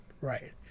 right